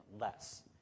less